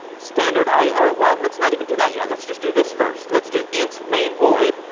standard io. well, let's not even do that yet. let's just do this first. let's do int, main void,